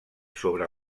sobre